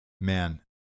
Man